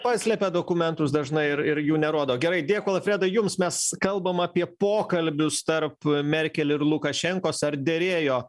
paslepia dokumentus dažnai ir ir jų nerodo gerai dėkui alfredai jums mes kalbam apie pokalbius tarp merkel ir lukašenkos ar derėjo